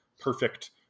perfect